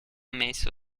messo